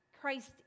Christ